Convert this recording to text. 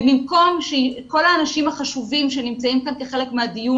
במקום שכל האנשים החשובים שנמצאים כאן כחלק מהדיון